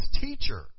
teacher